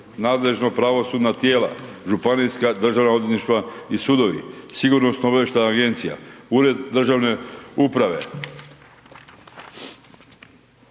nadležna pravosudna tijela, županijska državna odvjetništva i sudovi, sigurnosno obavještajna agencija, ured državne uprave,